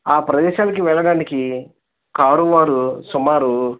ఆ ప్రదేశాలకి వెళ్ళడానికి కారు వారు సుమారు